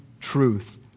truth